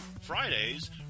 Fridays